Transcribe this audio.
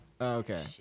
Okay